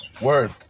Word